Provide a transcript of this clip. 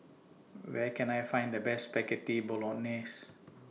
Where Can I Find The Best Spaghetti Bolognese